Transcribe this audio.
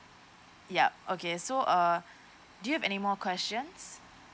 yup okay so uh do you have any more questions